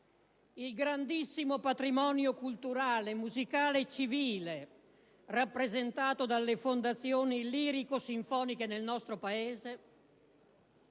il grandissimo patrimonio culturale, musicale e civile rappresentato dalle fondazioni lirico-sinfoniche nel nostro Paese,